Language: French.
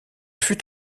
fut